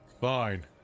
Fine